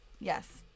yes